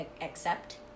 accept